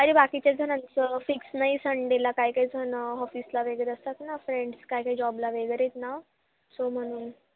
अरे बाकीच्याजणांचं फिक्स नाही संडेला काय कायजण ऑफिसला वगैरे असतात ना फ्रेंड्स काय काय जॉबला वगैरे आहेत ना सो म्हणून